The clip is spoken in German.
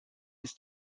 ist